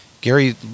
Gary